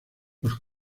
los